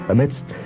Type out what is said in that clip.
Amidst